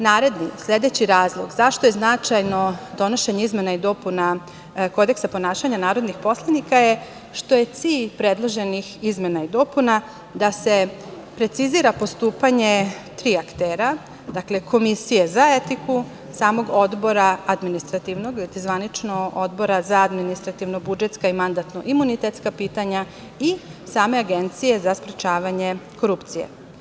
Naredni, sledeći razlog zašto je značajno donošenje izmena i dopuna Kodeksa ponašanja narodnih poslanika je što je cilj predloženih izmena i dopuna da se precizira postupanje tri aktera, dakle, komisije za etiku, samog odbora administrativnog, zvanično Odbora za administrativno-budžetska i mandatno-imunitetska pitanja i same Agencije za sprečavanje korupcije.